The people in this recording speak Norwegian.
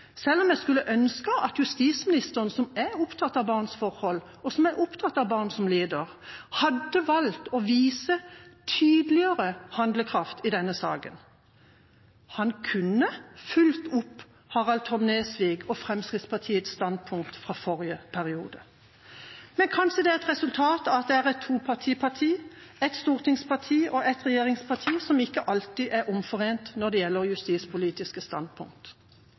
selv om jeg skulle ønske at justisministeren, som er opptatt av barns forhold, og som er opptatt av barn som lider, hadde valgt å vise tydeligere handlekraft i denne saken. Han kunne fulgt opp Harald Tom Nesviks og Fremskrittspartiets standpunkt fra forrige periode. Men kanskje det er et resultat av at det er et toparti-parti – ett stortingsparti og ett regjeringsparti – som ikke alltid er omforent når det gjelder justispolitiske standpunkt.